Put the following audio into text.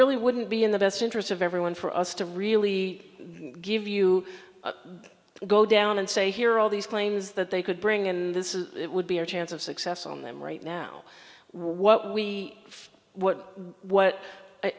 really wouldn't be in the best interests of everyone for us to really give you a go down and say here all these claims that they could bring in this is it would be a chance of success on them right now what we what what i